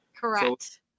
Correct